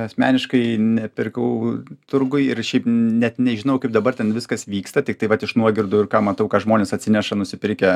asmeniškai nepirkau turguj ir šiaip net nežinau kaip dabar ten viskas vyksta tai vat iš nuogirdų ir ką matau ką žmonės atsineša nusipirkę